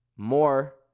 more